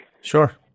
Sure